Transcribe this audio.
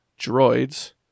droids